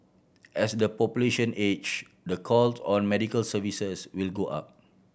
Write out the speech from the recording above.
as the population age the calls on medical services will go up